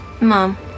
Mom